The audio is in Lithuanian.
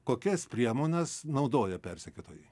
kokias priemones naudoja persekiotojai